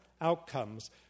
outcomes